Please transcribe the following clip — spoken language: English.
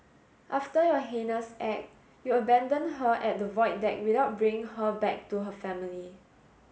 after your heinous act you abandoned her at the Void Deck without bringing her back to her family